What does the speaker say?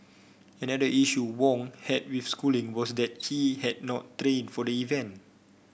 another issue Wong had with schooling was that he had not trained for the event